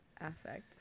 affect